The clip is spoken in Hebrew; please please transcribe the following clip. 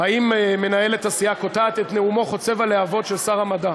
האם מנהלת הסיעה קוטעת את נאומו חוצב הלהבות של שר המדע?